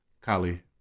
Kali